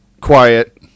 quiet